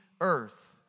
earth